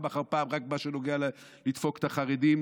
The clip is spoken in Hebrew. אחר פעם רק במה שנוגע לדפוק את החרדים,